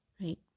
right